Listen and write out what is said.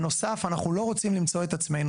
בנוסף אנחנו גם לא רוצים למצוא את עצמינו